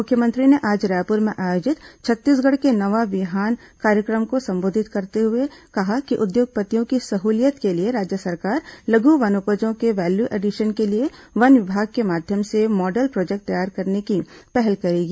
मुख्यमंत्री ने आज रायपुर में आयोजित छत्तीसगढ़ के नवा बिहान कार्यक्रम को संबोधित करते हुए कहा कि उद्योगपतियों की सहूलियत के लिए राज्य सरकार लघु वनोपजों के वैल्यू एडिशन के लिए वन विभाग के माध्यम से मॉडल प्रोजेक्ट तैयार करने की पहल करेगी